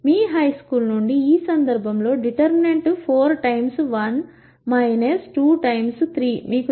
మీ high school నుండి ఈ సందర్భంలో డిటర్మినెంట్ 4 times 1 2 times 3 మీకు తెలుసు